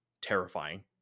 terrifying